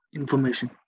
information